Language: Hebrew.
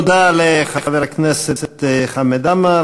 תודה לחבר הכנסת חמד עמאר.